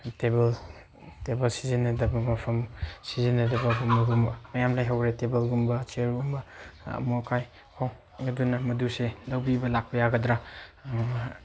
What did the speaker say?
table ꯁꯤꯖꯤꯟꯅꯗꯕ ꯃꯐꯝ ꯁꯤꯖꯤꯟꯅꯗꯕꯒꯨꯝꯕ ꯃꯌꯥꯝ ꯂꯩꯍꯧꯔꯦ ꯇꯦꯕꯜꯒꯨꯝꯕ ꯆꯦꯌꯥꯔꯒꯨꯝꯕ ꯑꯃꯣꯠ ꯑꯀꯥꯏ ꯑꯗꯨꯅ ꯃꯗꯨꯁꯦ ꯂꯧꯕꯤꯕ ꯂꯥꯛꯄ ꯌꯥꯒꯗ꯭ꯔꯥ